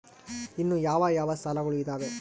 ಇನ್ನು ಯಾವ ಯಾವ ಸಾಲಗಳು ಇದಾವೆ?